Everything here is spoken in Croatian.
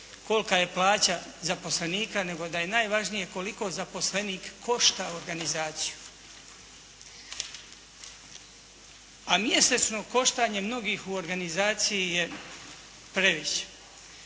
kolika je plaća zaposlenika nego da je najvažnije koliko zaposlenik košta organizaciju. A mjesečno koštanje mnogih u organizaciji je previše.